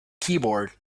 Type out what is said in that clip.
keyboard